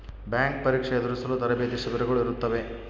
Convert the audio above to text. bank ಪರೀಕ್ಷೆ ಎದುರಿಸಲು ತರಬೇತಿ ಶಿಬಿರಗಳು ಇರುತ್ತವೆ